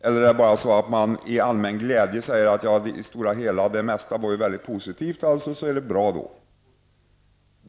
Kanske är det så att man gläder sig åt att det mesta var positivt -- alltså är det bra då.